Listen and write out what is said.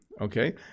okay